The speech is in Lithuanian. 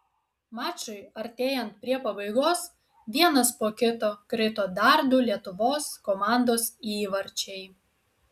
mačui artėjant prie pabaigos vienas po kito krito dar du lietuvos komandos įvarčiai